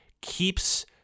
Keeps